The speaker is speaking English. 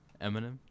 Eminem